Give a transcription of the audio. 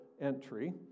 Entry